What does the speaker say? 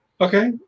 Okay